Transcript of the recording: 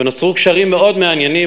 ונוצרו קשרים מאוד מעניינים.